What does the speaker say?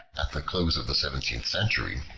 at the close of the seventeenth century,